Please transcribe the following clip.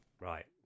Right